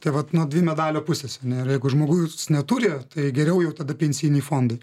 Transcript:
tai vat na dvi medalio pusės ar ne ir jeigu žmogus neturi tai geriau jau tada pensijiniai fondai